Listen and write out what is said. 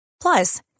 Plus